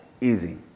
easy